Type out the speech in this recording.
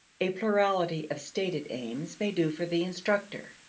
a plurality of stated aims may do for the instructor.